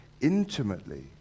intimately